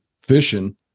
fishing